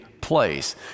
place